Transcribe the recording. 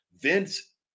vince